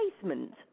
replacement